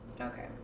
Okay